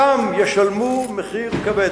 שם ישלמו מחיר כבד.